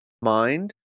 mind